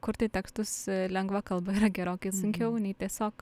kurti tekstus lengva kalba yra gerokai sunkiau nei tiesiog